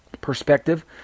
perspective